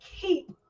keep